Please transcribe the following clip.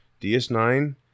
ds9